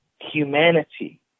humanity